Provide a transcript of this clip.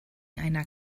einer